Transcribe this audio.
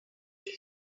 here